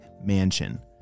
mansion